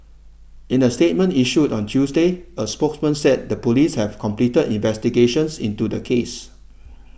in a statement issued on Tuesday a spokesman said the police have completed investigations into the case